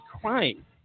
crime